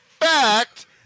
fact